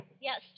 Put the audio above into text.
Yes